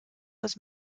was